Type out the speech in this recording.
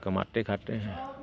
कमाते खाते हैं